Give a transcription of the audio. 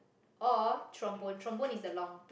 or trombone trombone is a long